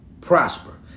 prosper